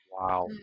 wow